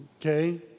Okay